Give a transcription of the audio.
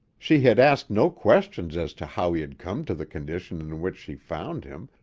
she had asked no questions as to how he had come to the condition in which she found him,